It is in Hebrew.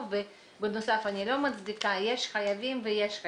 אני לא אומר איפה אנשים צריכים